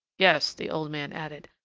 yes, the old man added,